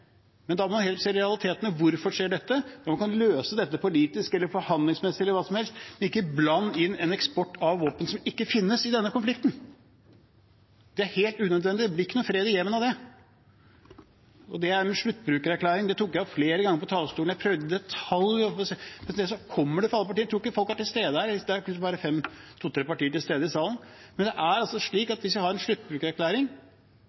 men man må heller se på realitetene, på hvorfor dette skjer, og om man kan løse dette politisk, gjennom forhandlinger eller på en hvilken som helst måte, ikke blande inn en eksport av våpen som ikke finnes i denne konflikten. Det er helt unødvendig. Det blir ikke fred i Jemen av det. Det med en sluttbrukererklæring tok jeg også opp flere ganger fra talerstolen. Jeg prøvde det, men folk er ikke til stede her, det er jo bare to–tre partier til stede i salen. Hvis man har en sluttbrukererklæring, er